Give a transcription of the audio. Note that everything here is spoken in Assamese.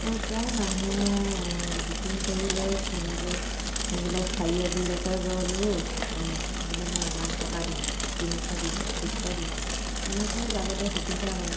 অঁ প্ৰায় মানুহে বুকিং কৰি লৈ যেনেকৈ বোলে চাৰিআলিলৈকে গ'লোঁ বোলে মই ইমান টকা দিম তিনিশ দিম দুশ দিম তেনেকৈ যাবলৈ সুবিধা হয়